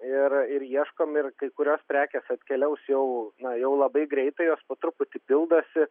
ir ir ieškom ir kai kurios prekės atkeliaus jau na jau labai greitai jos po truputį pildosi